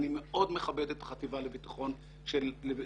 אני מאוד מכבד את החטיבה לביקורת מערכת